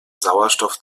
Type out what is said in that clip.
sauerstoff